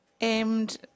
aimed